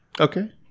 Okay